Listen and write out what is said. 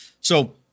So-